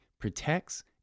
protects